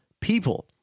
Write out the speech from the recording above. people